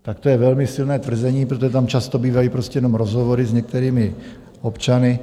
Tak to je velmi silné tvrzení, protože tam často bývají prostě jenom rozhovory s některými občany.